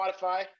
Spotify